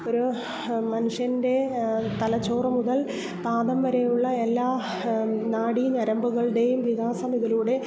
ഒരു മനുഷ്യൻ്റെ തലച്ചോറ് മുതൽ പാദം വരെയുള്ള എല്ലാ നാഡീ ഞരമ്പുകളുടെയും വികാസം ഇതിലൂടെ